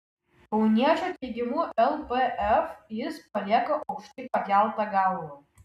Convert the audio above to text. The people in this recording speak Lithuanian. kauniečio teigimu lpf jis palieka aukštai pakelta galva